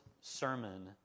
sermon